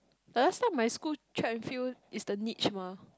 but last time my school check until is the niche mah